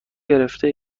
گرفته